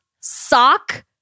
sock